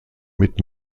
mit